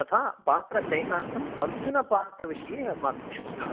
तथा पात्रचयनार्थं अर्जुनपात्रविषये अस्माकं शोधः अस्ति